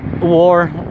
War